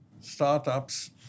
startups